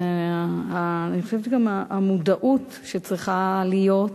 ואני חושבת שגם המודעות שצריכה להיות,